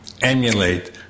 emulate